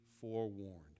forewarned